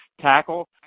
tackle